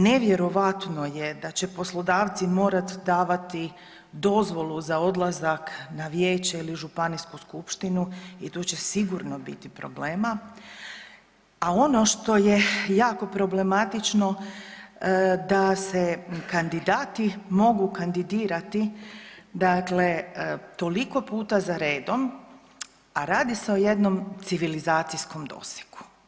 Nevjerojatno je da će poslodavci morat davati dozvolu za odlazak na vijeće ili županijsku skupštinu i tu će sigurno biti problema, a ono što je jako problematično da se kandidat mogu kandidirati, dakle toliko puta za redom, a radi se o jednom civilizacijskom dosegu.